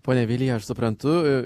ponia vilija aš suprantu